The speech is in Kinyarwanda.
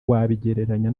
wabigereranya